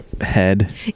head